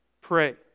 pray